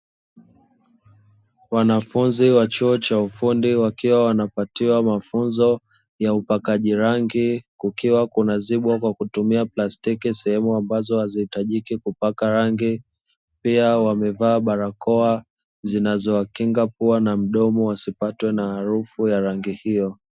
Wanafunzi wa chuo cha ufundi wakiwa wanapatiwa mafunzo ya upakaji rangi kukiwa kunazibwa kwa kutumia plastiki sehemu ambazo hazihitajiki kupaka rangi, pia wamevaa barakoa zinazowakinga pua na mdomo wasipatwe na harufu ya rangi hiyo.